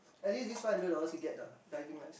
at least this five hundred dollars you get the diving license